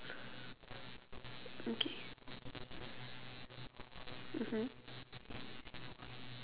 okay mmhmm